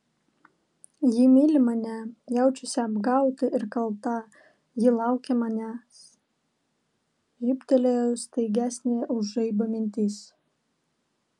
ji myli mane jaučiasi apgauta ir kalta ji laukia manęs žybtelėjo staigesnė už žaibą mintis